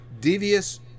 devious